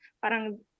parang